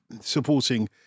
supporting